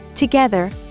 Together